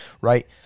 right